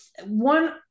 one